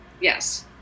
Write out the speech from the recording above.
yes